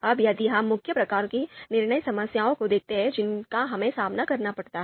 अब यदि हम मुख्य प्रकार की निर्णय समस्याओं को देखते हैं जिनका हमें सामना करना पड़ता है